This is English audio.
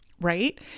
right